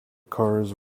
cars